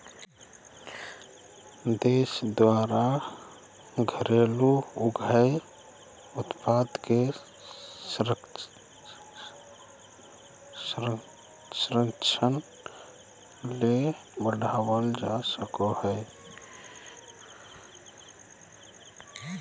देश द्वारा घरेलू उद्योग उत्पाद के संरक्षण ले बढ़ावल जा सको हइ